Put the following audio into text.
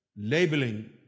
labeling